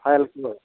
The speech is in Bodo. फायलखौ